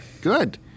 Good